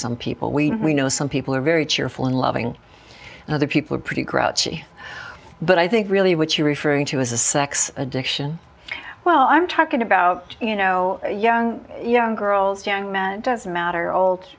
some people we know some people are very cheerful and loving and other people are pretty grouchy but i think really what you're referring to is a sex addiction well i'm talking about you know young young girls young man does